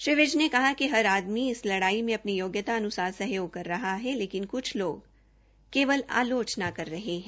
श्री विज ने कहा कि हर आदमी इस लड़ाई में अपनी योग्यता सहयोग कर रहा है लेकिन क्छ लोग सिर्फ आलोचना कर रहे है